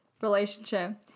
relationship